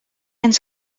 ens